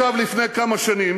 עכשיו, לפני כמה שנים